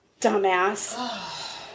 Dumbass